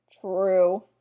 True